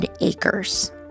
acres